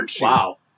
Wow